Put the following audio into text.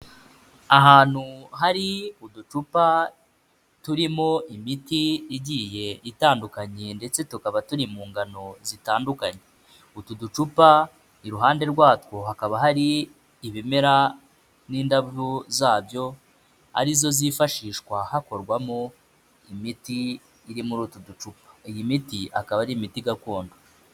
Ahantu hari uducupa turimo imiti igiye itandukanye ndetse tukaba turi mu ngano zitandukanye. Utu ducupa iruhande rwatwo hakaba hari ibimera n'indabo zabyo, ari zo zifashishwa hakorwamo imiti iri muri utu ducupa. Iyi miti Akaba ari imiti gakondo.